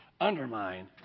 undermine